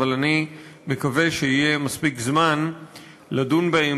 אבל אני מקווה שיהיה מספיק זמן לדון בהן